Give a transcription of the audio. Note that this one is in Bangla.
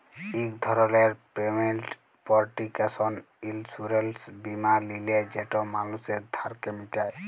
ইক ধরলের পেমেল্ট পরটেকশন ইলসুরেলস বীমা লিলে যেট মালুসের ধারকে মিটায়